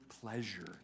pleasure